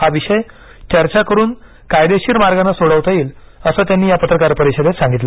हा विषय चर्चा करून कायदेशीर मार्गानं सोडवता येईल असं त्यांनी या पत्रकार परिषदेत सांगितलं